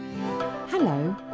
Hello